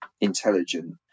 intelligent